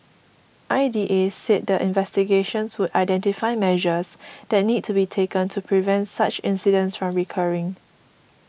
I D A said the investigations would identify measures that need to be taken to prevent such incidents from recurring